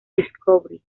discovery